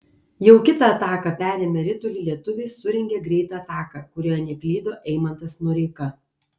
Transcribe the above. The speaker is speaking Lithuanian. jau kitą ataką perėmę ritulį lietuviai surengė greitą ataką kurioje neklydo eimantas noreika